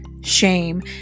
shame